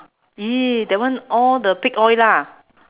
!ee! that one all the pig oil lah